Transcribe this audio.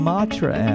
Matra